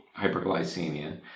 hyperglycemia